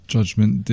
Judgment